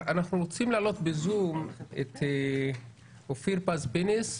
אנחנו רוצים להעלות בזום את אופיר פז פינס,